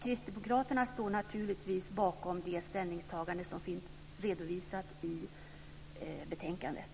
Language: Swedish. Kristdemokraterna står naturligtvis bakom det ställningstagande som finns redovisat i betänkandet.